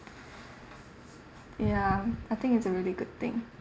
ya I think it's a really good thing